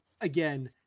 again